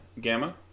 Gamma